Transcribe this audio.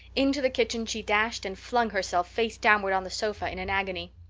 into the kitchen she dashed and flung herself face downward on the sofa in an agony.